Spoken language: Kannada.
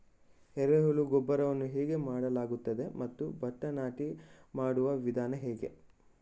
ಎರೆಹುಳು ಗೊಬ್ಬರವನ್ನು ಹೇಗೆ ಮಾಡಲಾಗುತ್ತದೆ ಮತ್ತು ಭತ್ತ ನಾಟಿ ಮಾಡುವ ವಿಧಾನ ಹೇಗೆ?